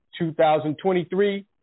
2023